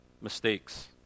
Mistakes